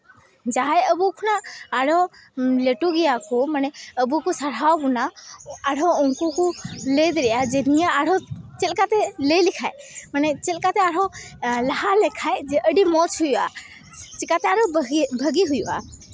ᱡᱟᱦᱟᱸᱭ ᱟᱵᱚ ᱠᱷᱚᱱᱟᱜ ᱟᱨᱦᱚᱸ ᱞᱟᱹᱴᱩ ᱜᱮᱭᱟ ᱠᱚ ᱢᱟᱱᱮ ᱟᱵᱚ ᱠᱚ ᱥᱟᱨᱦᱟᱣ ᱵᱳᱱᱟ ᱟᱨᱦᱚᱸ ᱩᱱᱠᱩ ᱠᱚ ᱞᱟᱹᱭ ᱫᱟᱲᱮᱭᱟᱜᱼᱟ ᱡᱮ ᱱᱤᱭᱟᱹ ᱟᱨᱦᱚᱸ ᱪᱮᱫ ᱞᱮᱠᱟᱛᱮ ᱞᱟᱹᱭ ᱞᱮᱠᱷᱟᱡ ᱢᱟᱱᱮ ᱪᱮᱫ ᱞᱮᱠᱟᱛᱮ ᱟᱨᱦᱚᱸ ᱞᱟᱦᱟ ᱞᱮᱠᱷᱟᱡ ᱟᱹᱰᱤ ᱢᱚᱡᱽ ᱦᱩᱭᱩᱜᱼᱟ ᱪᱤᱠᱟᱛᱮ ᱟᱨᱚ ᱵᱷᱟᱹᱜᱤ ᱦᱩᱭᱩᱜᱼᱟ